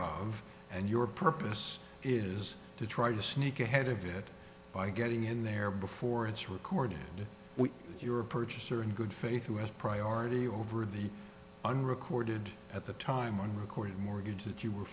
of and your purpose is to try to sneak ahead of it by getting in there before it's recorded you're a purchaser in good faith who has priority over the unrecorded at the time on record mortgage that you were